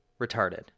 retarded